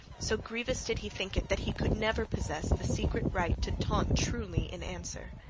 so grievous did he think it that he could never possess the secret right to taunt truly in answer.